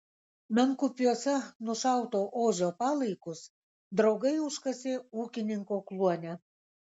menkupiuose nušauto ožio palaikus draugai užkasė ūkininko kluone